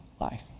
life